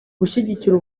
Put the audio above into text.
gushyigikira